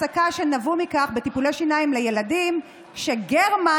הפסקה בטיפולי שיניים לילדים שנבעו מכך שגרמן